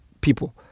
people